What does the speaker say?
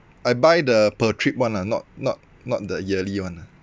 I buy the per trip one ah not not not the yearly one ah